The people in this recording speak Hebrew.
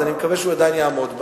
אז אני מקווה שהוא עדיין יעמוד בה,